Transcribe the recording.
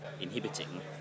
inhibiting